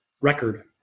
record